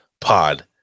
pod